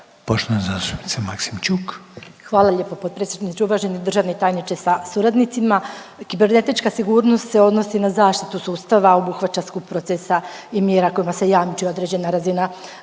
Ljubica (HDZ)** Hvala lijepo potpredsjedniče, uvaženi državni tajniče sa suradnicima. Kibernetička sigurnost se odnosi na zaštitu sustava, obuhvaća skup procesa i mjera kojima se jamči određena razina